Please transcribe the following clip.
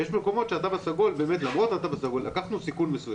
ויש מקומות שבאמת למרות התו הסגול לקחנו סיכון מסוים.